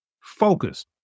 focus